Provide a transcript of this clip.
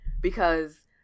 because-